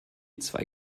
zwei